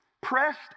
pressed